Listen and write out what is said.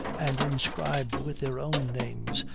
and inscribed with their own names,